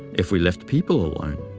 if we left people alone?